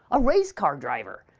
a race car driver,